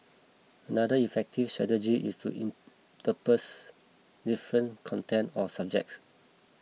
another effective strategy is to intersperse different content or subjects